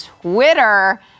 twitter